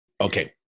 Okay